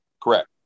Correct